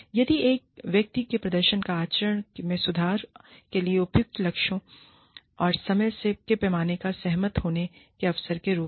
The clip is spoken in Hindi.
फिर एक व्यक्ति के प्रदर्शन या आचरण में सुधार के लिए उपयुक्त लक्ष्यों और समय के पैमाने पर सहमत होने के अवसर के रूप में